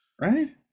right